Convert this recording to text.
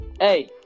Hey